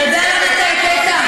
אתה יודע למה אתה הטעית?